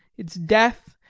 its death,